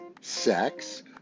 sex